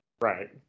Right